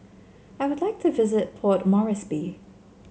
I would like to visit Port Moresby